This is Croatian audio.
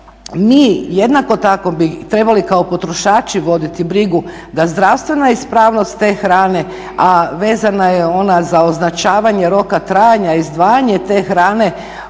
mi jednako tako bi trebali kao potrošači voditi brigu da zdravstvena ispravnost te hrane, a vezana je ona za označavanje roka trajanja i izdvajanje te hrane